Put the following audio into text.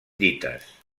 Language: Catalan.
dites